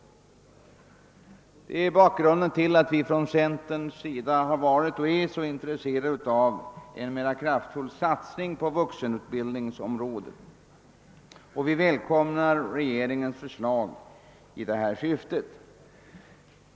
Detta är bakgrunden till att vi inom centerpartiet har varit och är så intresserade av en mera kraftfull satsning på vuxenutbildningens område, och vi välkomnar regeringens förslag i detta syfte.